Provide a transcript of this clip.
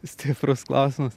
stiprus klausimas